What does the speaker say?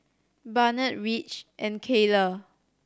Barnett Ridge and Kayla